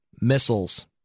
missiles